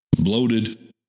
bloated